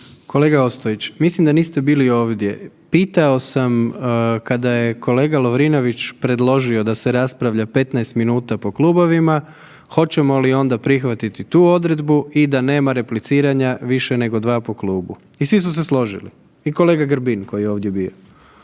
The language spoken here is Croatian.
Kolega Ostojić, mislim da niste bili ovdje, pitao sam kada je kolega Lovrinović predložio da se raspravlja 15 minuta po klubovima hoćemo li onda prihvatiti tu odredbu i da nema repliciranja više nego 2 po klubu. I svi su se složili i kolega Grbin koji je ovdje bio.